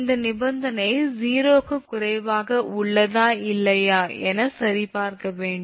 இந்த நிபந்தனை 0 க்கு குறைவாக உள்ளதா இல்லையா என சரிபார்க்க வேண்டும்